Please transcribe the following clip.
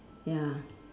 ya